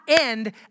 end